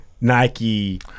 Nike